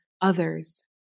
others